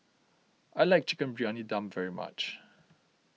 I like Chicken Briyani Dum very much